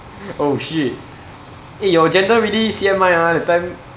oh shit eh your gender really C_M_I ah that time